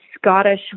Scottish